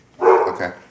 Okay